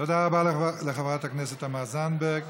תודה רבה לחברת הכנסת תמר זנדברג.